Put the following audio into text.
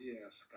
Yes